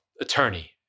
attorney